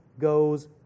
goes